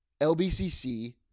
LBCC